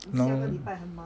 no